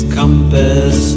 compass